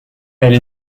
elle